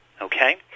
okay